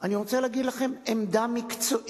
אני רוצה לומר לכם עמדה מקצועית,